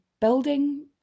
building